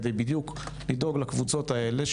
כדי לדאוג בדיוק לקבוצות האלה,